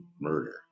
murder